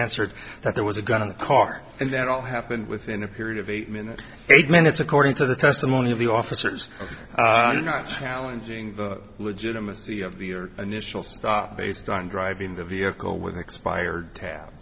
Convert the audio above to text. answered that there was a gun in the car and that all happened within a period of eight minutes eight minutes according to the testimony of the officers not challenging the legitimacy of the or initial stop based on driving the vehicle with expired ta